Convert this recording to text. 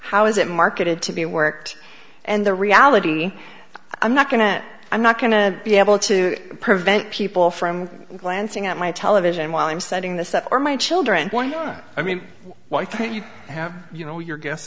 how is it marketed to be worked and the reality i'm not going to i'm not going to be able to prevent people from glancing at my television while i'm setting this up for my children i mean why can't you have you know your g